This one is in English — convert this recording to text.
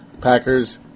Packers